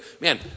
Man